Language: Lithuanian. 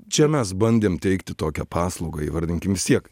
čia mes bandėm teikti tokią paslaugą įvardinkim vis tiek